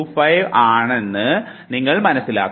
25 ആണെന്ന് നിങ്ങൾ മനസ്സിലാക്കുന്നു